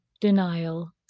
denial